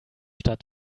stadt